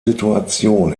situation